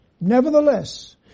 Nevertheless